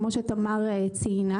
כמו שתמר ציינה